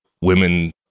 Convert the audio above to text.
women